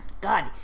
God